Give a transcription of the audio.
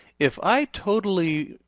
if i totally,